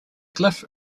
glyph